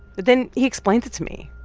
then he explains that to me.